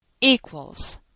Equals